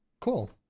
Cool